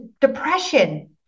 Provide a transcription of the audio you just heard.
depression